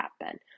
happen